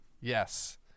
Yes